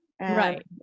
Right